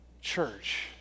Church